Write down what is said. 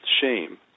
shame